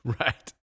Right